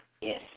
Yes